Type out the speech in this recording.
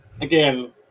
Again